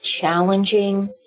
challenging